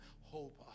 hope